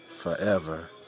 Forever